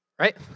Right